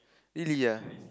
really ah